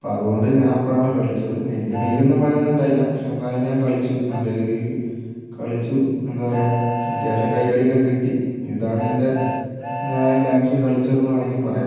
അപ്പോൾ അതുകൊണ്ട് ഞാൻ അപ്പോഴാണ് കളിച്ചത് എനിക്ക് മെയ്യൊന്നും വഴങ്ങുന്നുണ്ടായിരുന്നില്ല പക്ഷേ എന്നാലും ഞാൻ കളിച്ചു നല്ലരീതിയിൽ കളിച്ചു എന്താ പറയുക അത്യാവശ്യം കയ്യടിയൊക്കെ കിട്ടി ഇതാണെന്റെ ഞാൻ ഡാൻസ് കളിച്ചതെന്നു വേണമെങ്കിൽ പറയാം